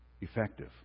effective